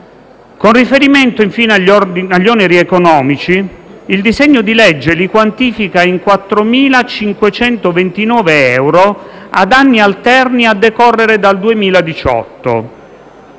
Con riferimento infine agli oneri economici, il disegno di legge li quantifica in 4.529 euro ad anni alterni a decorrere dal 2018,